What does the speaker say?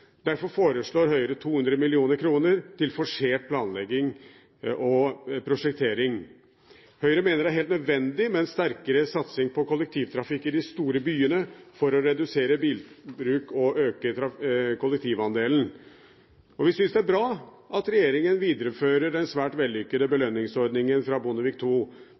Derfor foreslår Høyre 200 mill. kr til forsert planlegging og prosjektering. Høyre mener det er helt nødvendig med en sterkere satsing på kollektivtrafikk i de store byene for å redusere bilbruken og øke kollektivandelen. Vi syns det er bra at regjeringen viderefører den svært vellykkede belønningsordningen fra Bondevik II,